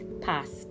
past